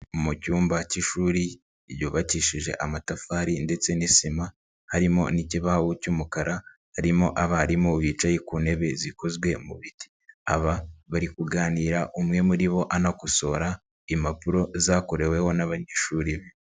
Mu cyumba cy'ishuri, ryubakishije amatafari ndetse n'isima, harimo n'ikibaho cy'umukara, harimo abarimu bicaye ku ntebe zikozwe mu biti, aba bari kuganira umwe muri bo anakosora impapuro zakoreweho n'abanyeshuri be.